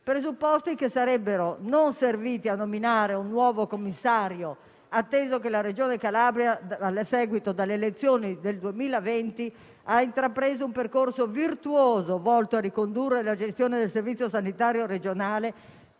presupposti non sarebbero serviti a nominare un nuovo commissario, atteso che la Regione Calabria, a seguito delle elezioni del 2020, ha intrapreso un percorso virtuoso, volto a ricondurre la gestione del servizio sanitario regionale